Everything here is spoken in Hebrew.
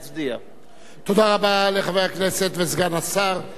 תודה רבה לחבר הכנסת וסגן השר איוב קרא.